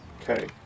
Okay